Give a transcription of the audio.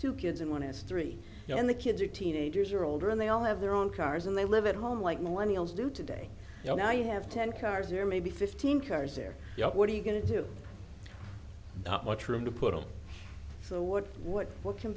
two kids and one is three and the kids are teenagers or older and they all have their own cars and they live at home like millenniums do today you know now you have ten cars here maybe fifteen cars there yet what are you going to do not much room to put on so what what what can